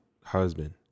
husband